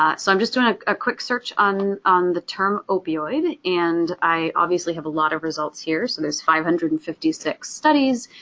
ah so i'm just doing ah a quick search on on the term opioid. and i, obviously, have a lot of results here. so there's five hundred and fifty six studies,